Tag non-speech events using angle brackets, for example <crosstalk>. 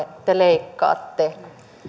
<unintelligible> te leikkaatte